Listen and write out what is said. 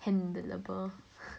handlerable